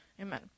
amen